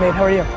how are you?